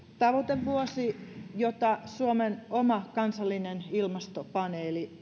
tavoitevuosi jota suomen oma kansallinen ilmastopaneeli